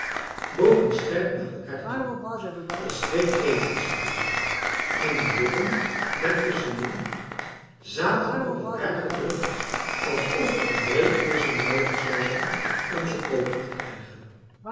bogen scherp naar elkaar toe als twee kreeftenscharen en de lippen daar tusschenin zaten op elkaar gedrukt alsof er een breekijzer noodig zou zijn om ze open te krijgen